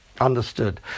understood